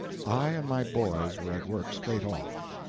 i and my boys were at work, straight off.